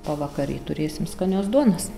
pavakary turėsim skanios duonos